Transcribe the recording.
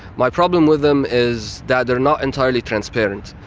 my problem with them is that they're not entirely transparent.